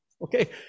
Okay